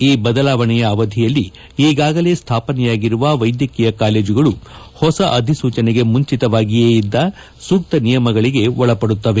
ಈ ಬದಲಾವಣೆಯ ಅವಧಿಯಲ್ಲಿ ಈಗಾಗಲೇ ಸ್ಥಾಪನೆಯಾಗಿರುವ ವೈದ್ಯಕೀಯ ಕಾಲೇಜುಗಳು ಹೊಸ ಅಧಿಸೂಚನೆಗೆ ಮುಂಚಿತವಾಗಿಯೇ ಇದ್ದ ಸೂಕ್ತ ನಿಯಮಗಳಿಗೆ ಒಳಪಡುತ್ತವೆ